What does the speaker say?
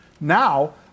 Now